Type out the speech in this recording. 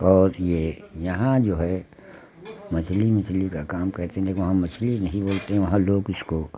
और ये यहाँ जो है मछली मछली का काम कैसे देखो वहां मछली नहीं बोलते वहां लोग इसको